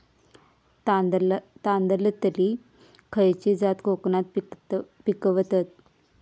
तांदलतली खयची जात कोकणात पिकवतत?